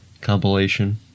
Compilation